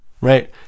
right